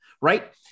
right